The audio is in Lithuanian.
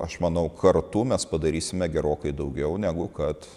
aš manau kartu mes padarysime gerokai daugiau negu kad